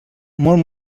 molt